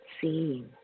seeing